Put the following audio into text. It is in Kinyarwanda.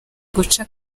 guca